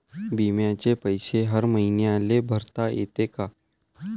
बिम्याचे पैसे हर मईन्याले भरता येते का?